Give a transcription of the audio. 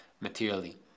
...materially